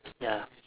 ya